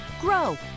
grow